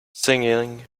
singing